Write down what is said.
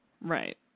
Right